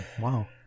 Wow